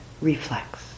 reflex